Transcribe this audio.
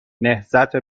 نهضت